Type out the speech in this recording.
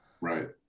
right